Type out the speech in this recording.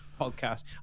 podcast